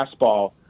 fastball